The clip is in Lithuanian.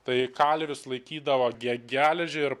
tai kalvis laikydavo ge geležį ir